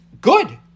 good